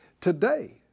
today